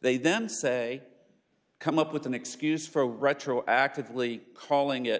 they then say come up with an excuse for retro actively calling it